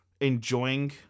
enjoying